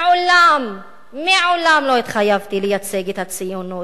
מעולם לא התחייבתי לייצג את הציונות.